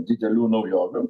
didelių naujovių